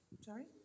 Sorry